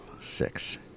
Six